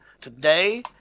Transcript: today